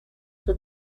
for